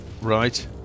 Right